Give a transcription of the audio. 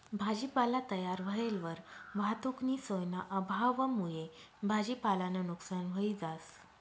भाजीपाला तयार व्हयेलवर वाहतुकनी सोयना अभावमुये भाजीपालानं नुकसान व्हयी जास